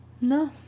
No